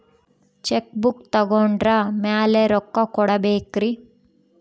Check book ತೊಗೊಂಡ್ರ ಮ್ಯಾಲೆ ರೊಕ್ಕ ಕೊಡಬೇಕರಿ?